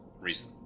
reason